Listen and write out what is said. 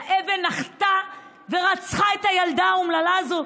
והאבן נחתה ורצחה את הילדה האומללה הזו,